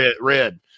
red